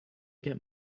get